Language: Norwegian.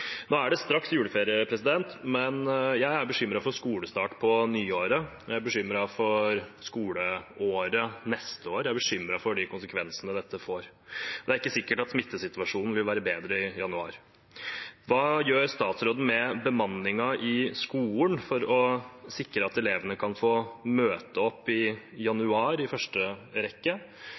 Nå er det straks juleferie, men jeg er bekymret for skolestart på nyåret, jeg er bekymret for skoleåret neste år, og jeg er bekymret for de konsekvensene dette får. Det er ikke sikkert at smittesituasjonen vil være bedre i januar. Hva gjør statsråden med bemanningen i skolen for å sikre at elevene kan få møte opp i januar, i første rekke,